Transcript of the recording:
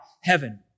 heaven